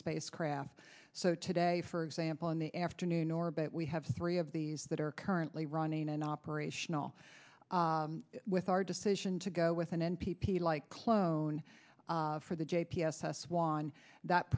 spacecraft so today for example in the afternoon orbit we have three of these that are currently running and operational with our decision to go with an n p p like clone for the j p s s one that